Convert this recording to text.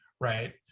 right